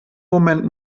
moment